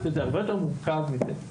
זה הרבה יותר מורכב מזה.